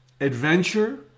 adventure